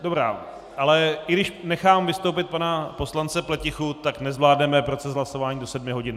Dobrá, ale i když nechám vystoupit pana poslance Pletichu, tak nezvládneme proces hlasování do sedmi hodin.